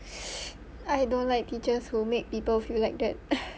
I don't like teachers who make people feel like that